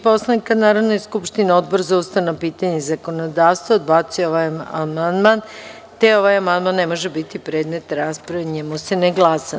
Poslovnika Narodne skupštine, Odbor za ustavna pitanja i zakonodavstvo odbacio je ovaj amandman, te ovaj amandman ne može biti predmet rasprave i o njemu se ne glasa.